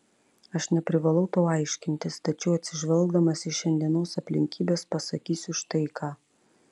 aš neprivalau tau aiškintis tačiau atsižvelgdamas į šiandienos aplinkybes pasakysiu štai ką